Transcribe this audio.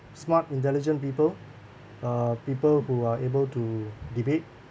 smart intelligent people uh people who are able to debate